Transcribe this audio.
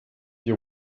die